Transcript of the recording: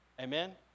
Amen